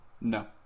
No